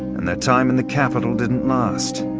and their time in the capital didn't last.